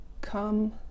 come